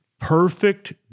Perfect